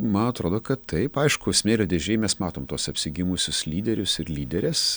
man atrodo kad taip aišku smėlio dėžėj mes matom tuos apsigimusius lyderius ir lyderes